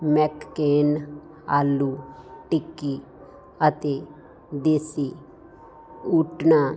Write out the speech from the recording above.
McCain aloo tikki ਅਤੇ ਦੇਸੀ ਊਟਾਨਾ